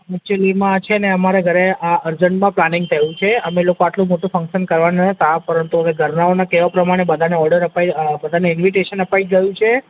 ઍક્ચુઅલિમાં છે ને અમારા ઘરે આ અરજન્ટમાં પ્લાનિંગ થયું છે અમે લોકો આટલું મોટું ફંક્શન કરવાના નહોતા પણ ઘરનાઓનાં કહેવા પ્રમાણે બધાને ઓર્ડર અપાઇ અ બધાને ઇન્વિટેશન અપાઈ ગયું છે